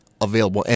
available